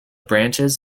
branches